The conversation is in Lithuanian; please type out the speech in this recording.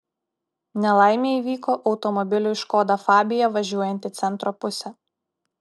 nelaimė įvyko automobiliui škoda fabia važiuojant į centro pusę